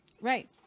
Right